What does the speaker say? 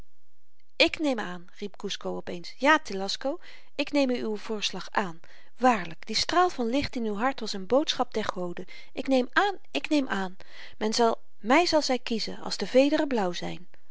ik neem aan riep kusco op eens ja telasco ik neem uwen voorslag aan waarlyk die straal van licht in uw hart was een boodschap der goden ik neem aan ik neem aan my zal zy kiezen als de vederen blauw zyn